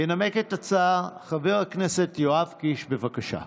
ינמק את ההצעה חבר הכנסת יואב קיש, בבקשה.